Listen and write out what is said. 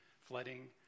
flooding